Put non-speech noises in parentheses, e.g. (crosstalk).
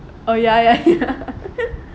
oh ya ya ya (laughs)